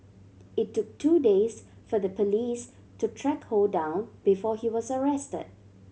it took two days for the police to track Ho down before he was arrested